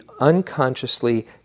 unconsciously